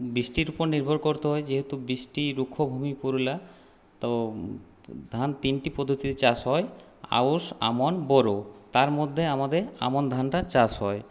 বৃষ্টির উপর নির্ভর করতে হয় যেহেতু বৃষ্টি রুক্ষ ভূমি পুরুলিয়া তো ধান তিনটি পদ্ধতিতে চাষ হয় আউশ আমন বোরো তার মধ্যে আমাদের আমন ধানটা চাষ হয়